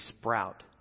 sprout